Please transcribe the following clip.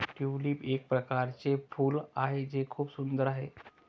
tulip एक प्रकारचे फूल आहे जे खूप सुंदर आहे